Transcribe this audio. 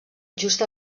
just